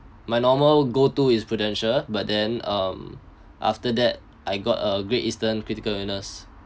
my normal go to is prudential but then um after that I got a great eastern critical illness